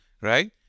right